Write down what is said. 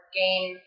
game